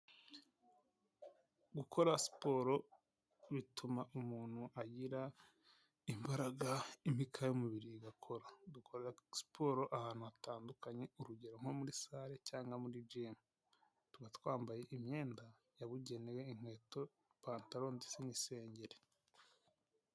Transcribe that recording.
Gukora siporo bituma umuntu agira imbaraga, imika y'umubiri igakora, dukorera siporo ahantu hatandukanye, urugero nko muri sare cyangwa muri gimu, tuba twambaye imyenda yabugenewe, inkweto, ipantaro ndetse n'isengeri.